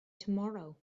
tomorrow